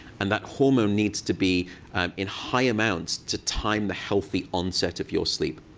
and that hormone needs to be in high amounts to time the healthy onset of your sleep.